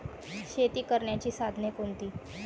शेती करण्याची साधने कोणती?